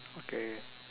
okay